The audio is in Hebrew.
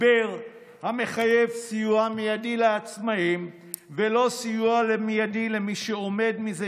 משבר המחייב סיוע מיידי לעצמאים ולא סיוע מיידי למי שעומד מזה